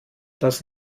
das